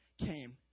came